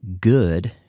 good